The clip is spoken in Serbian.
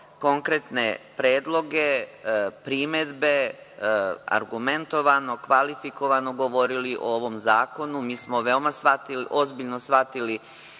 konkretne predloge, primedbe, argumentovani, kvalitetno govorili o ovom zakonu. Mi smo veoma ozbiljno shvatili